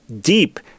deep